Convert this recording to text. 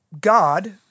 God